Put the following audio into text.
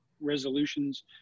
resolutions